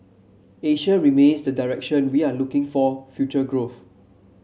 Asia remains the direction we are looking for future growth